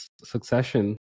succession